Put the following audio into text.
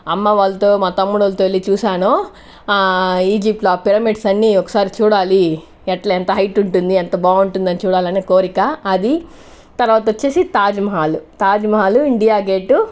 అమ్మ వాళ్ళతో మా తమ్ముడోళ్లతో వెళ్లి చూశాను ఈజిప్ట్లో ఆ పిరమిడ్స్ అన్నీ ఒకసారి చూడాలి ఎలా ఎంత హైట్ ఉంటుంది ఎంత బాగుంటుంది అని చూడాలి అని కోరిక అది తర్వాత వచ్చేసి తాజ్మహల్ తాజ్మహల్ ఇండియా గేట్